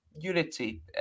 unity